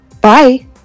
Bye